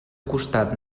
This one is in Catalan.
costat